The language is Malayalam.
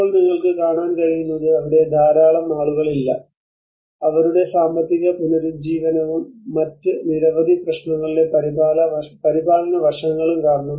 ഇപ്പോൾ നിങ്ങൾക്ക് കാണാൻ കഴിയുന്നത് അവിടെ ധാരാളം ആളുകളില്ല അവരുടെ സാമ്പത്തിക പുനരുജ്ജീവനവും മറ്റ് നിരവധി പ്രശ്നങ്ങളുടെ പരിപാലന വശങ്ങളും കാരണം